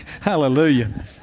Hallelujah